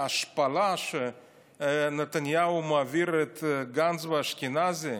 ההשפלה שנתניהו מעביר את גנץ ואת אשכנזי,